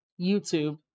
YouTube